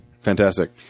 Fantastic